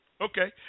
Okay